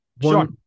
One